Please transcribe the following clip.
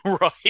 Right